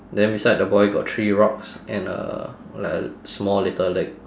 then beside the boy got three rocks and a like a small little leg